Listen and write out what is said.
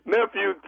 Nephew